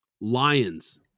Lions